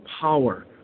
power